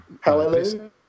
Hallelujah